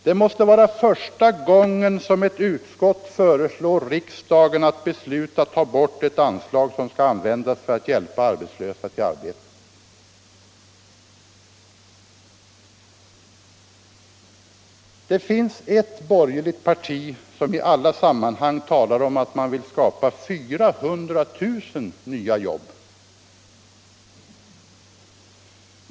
Det måste vara första gången som ett utskott föreslår riksdagen att besluta ta bort ett anslag som skall användas för att hjälpa arbetslösa till arbete. Det finns ett borgerligt parti som i alla sammanhang talar om att man vill skapa 400 000 nya jobb.